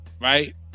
right